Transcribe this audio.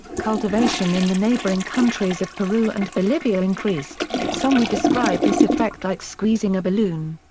cultivation in the neighboring countries of peru and bolivia increased, some would describe this effect like squeezing a balloon.